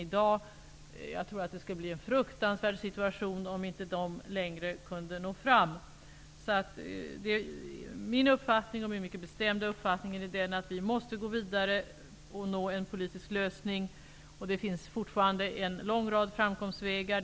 Jag tror att situationen skulle bli fruktansvärd om de inte längre kunde nå fram. Det är min mycket bestämda uppfattning att vi måste gå vidare och nå en politisk lösning. Det finns fortfarande en lång rad framkomstvägar.